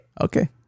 Okay